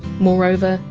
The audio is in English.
moreover,